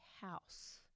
house